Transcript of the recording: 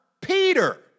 Peter